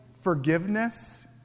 forgiveness